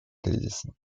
кризиса